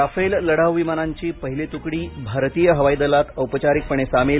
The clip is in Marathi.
राफेल लढाऊ विमानांची पहिली तुकडी भारतीय हवाई दलात औपचारिकपणे सामील